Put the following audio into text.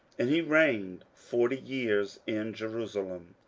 and he reigned forty years in jerusalem.